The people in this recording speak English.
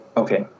okay